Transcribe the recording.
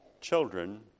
children